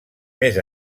més